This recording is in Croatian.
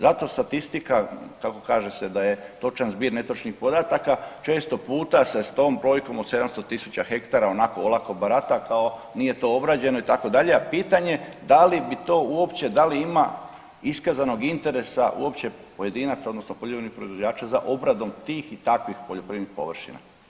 Zato statistika kako kaže se da je točan zbir netočnih podataka, često puta se s tom brojkom od 700.000 hektara onako olako barata kao nije to obrađeno itd., a pitanje da li bi to uopće, da li ima iskazanog interesa uopće pojedinaca odnosno poljoprivrednih proizvođača za obradom tih i takvih poljoprivrednih površina.